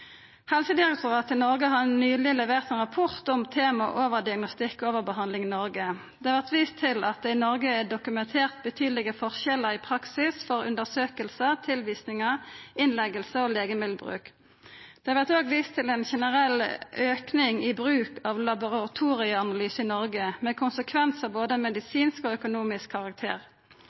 Helsedirektoratet i Noreg har nyleg levert ein rapport om temaet overdiagnostikk og overbehandling i Noreg. Det vert vist til at det i Noreg er dokumentert betydelege forskjellar i praksis for undersøkingar, tilvisningar, innleggingar og legemiddelbruk. Det vert òg vist til ein generell auke i bruk av laboratorieanalysar i Noreg, med konsekvensar av både medisinsk og økonomisk karakter.